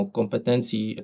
kompetencji